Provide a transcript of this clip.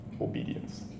obedience